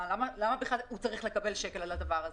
למה בכלל הוא צריך לקבל שקל על הדבר הזה?